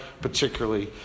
particularly